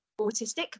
autistic